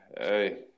Hey